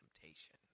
temptation